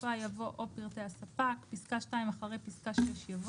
בסופה יבוא "או פרטי הספק"; (2)אחרי פסקה (6) יבוא: